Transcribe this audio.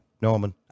Norman